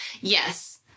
Yes